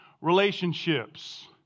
relationships